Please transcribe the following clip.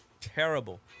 Terrible